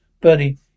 Buddy